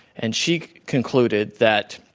and she concluded that